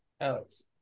Alex